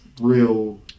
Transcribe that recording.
real